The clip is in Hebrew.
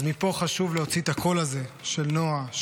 אז מפה חשוב להוציא את הקול הזה של נועה,